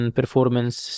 performance